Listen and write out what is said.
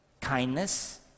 kindness